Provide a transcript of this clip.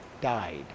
died